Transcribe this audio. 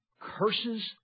curses